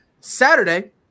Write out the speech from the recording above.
Saturday